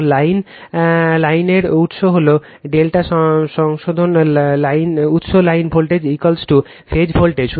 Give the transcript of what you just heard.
কারণ লাইনের উৎস হল ∆ সংশোধন উৎস লাইন ভোল্টেজ ফেজ ভোল্টেজ